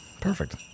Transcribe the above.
perfect